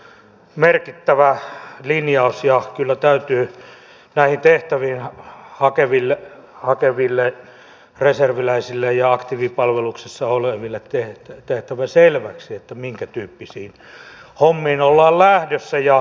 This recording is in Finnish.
se on merkittävä linjaus ja kyllä näihin tehtäviin hakeville reserviläisille ja aktiivipalveluksessa oleville on tehtävä selväksi minkätyyppisiin hommiin ollaan lähdössä